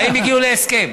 האם הגיעו להסכם?